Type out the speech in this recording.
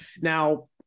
Now